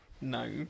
No